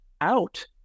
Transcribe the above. out